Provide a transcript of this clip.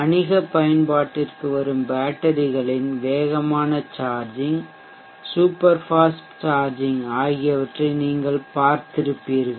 வணிக பயன்பாட்டிற்கு வரும் பேட்டரிகளின் வேகமான சார்ஜிங் சூப்பர் ஃபாஸ்ட் சார்ஜிங் ஆகியவற்றை நீங்கள் பார்த்திருப்பீர்கள்